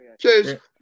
Cheers